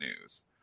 news